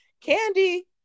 Candy